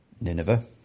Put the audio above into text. Nineveh